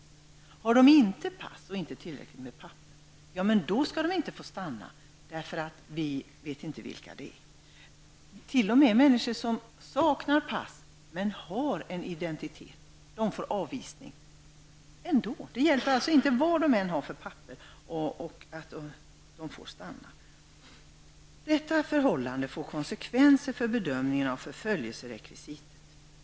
Om de å andra sidan inte har pass eller tillräckliga handlingar skall de inte få stanna, eftersom vi inte vet vilka de är. T.o.m. människor som har en identitet men saknar pass, blir avvisade. De får alltså inte stanna oavsett vad de har för handlingar. Jag fortsätter att citera ur Göran Melanders undersökning: ''Detta förhållande får konsekvenser för bedömningen av förföljelserekvisitet --.